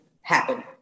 happen